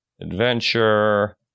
adventure